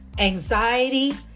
anxiety